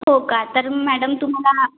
हो का तर मॅडम तुम्हाला